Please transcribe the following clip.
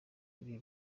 ibi